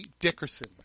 Dickerson